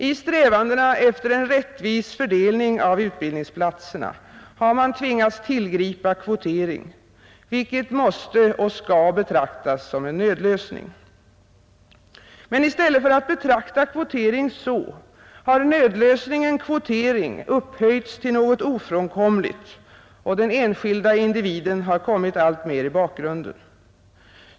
I strävandena efter en rättvis fördelning av utbildningsplatserna har man tvingats tillgripa kvotering, vilket måste och skall betraktas som en nödlösning. Men i stället för att betrakta kvotering så, har man upphöjt nödlösningen kvotering till något ofrånkomligt, och den enskilda individen har kommit alltmer i bakgrunden.